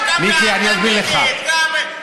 אתם גם בעד, גם נגד, ירצו, יאכלו, ירצו, לא יאכלו.